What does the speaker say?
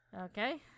Okay